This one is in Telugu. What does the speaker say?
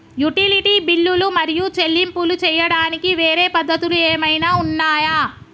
యుటిలిటీ బిల్లులు మరియు చెల్లింపులు చేయడానికి వేరే పద్ధతులు ఏమైనా ఉన్నాయా?